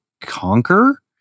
conquer